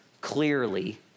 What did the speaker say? Clearly